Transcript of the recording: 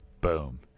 Boom